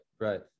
right